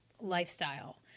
lifestyle